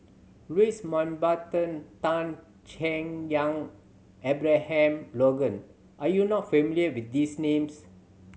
Louis Mountbatten Tan Chay Yan Abraham Logan are you not familiar with these names